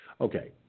Okay